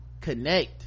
connect